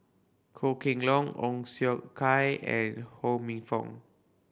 Goh Kheng Long Ong Siong Kai and Ho Minfong